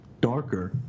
darker